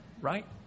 Right